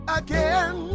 again